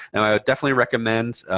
and i would definitely recommend,